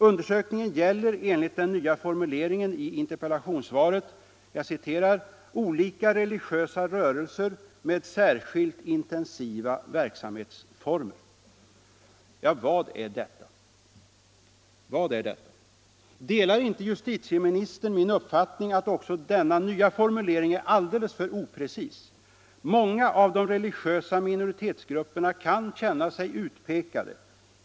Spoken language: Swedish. Undersökningen gäller, enligt den nya formuleringen i interpellationssvaret, ”olika religiösa rörelser med särskilt intensiva verksamhetsformer”. Vad är detta? Delar inte justitieministern min uppfattning att också denna nya formulering är alldeles för oprecis? Många av de religiösa minoritetsgrupperna kan känna sig utpekade.